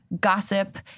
Gossip